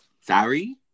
Sorry